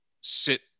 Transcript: sit